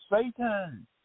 Satan